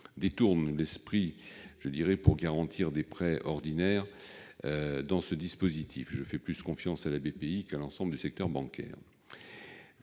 détournent l'esprit de cette mesure pour garantir des prêts ordinaires dans ce dispositif. Je fais plus confiance à Bpifrance qu'à l'ensemble du secteur bancaire